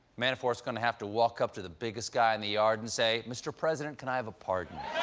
manafort's going to have to walk up to the biggest guy in the yard and say, mr. president, can i have a pardon?